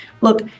look